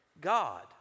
God